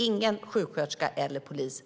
Ingen sjuksköterska eller polis